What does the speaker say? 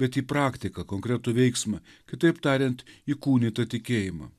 bet į praktiką konkretų veiksmą kitaip tariant įkūnytą tikėjimą